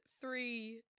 three